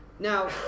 Now